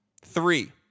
Three